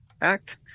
Act